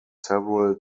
several